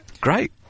great